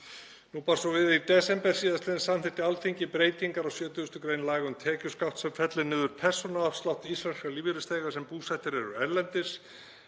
Nú bar svo við að í desember síðastliðnum samþykkti Alþingi breytingu á 70. gr. laga um tekjuskatt sem fellir niður persónuafslátt íslenskra lífeyrisþega sem búsettir eru erlendis,